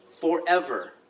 forever